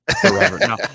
forever